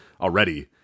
already